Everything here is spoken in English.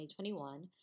2021